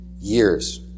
years